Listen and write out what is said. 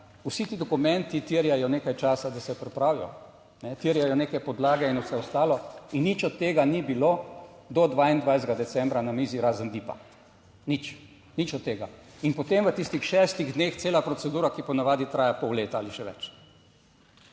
Vsi ti dokumenti terjajo nekaj časa, da se pripravijo, terjajo neke podlage in vse ostalo in nič od tega ni bilo do 22. decembra na mizi, razen Dipa, nič, nič od tega. In potem v tistih šestih dneh cela procedura, ki po navadi traja pol leta ali še več.